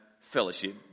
fellowship